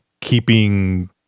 keeping